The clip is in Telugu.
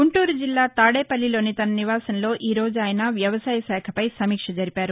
గుంటూరు జిల్లా తాదేపల్లిలోని తన నివాసంలో ఈ రోజు ఆయన వ్యవసాయ శాఖపై సమీక్ష జరిపారు